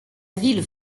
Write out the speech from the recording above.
ville